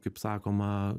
kaip sakoma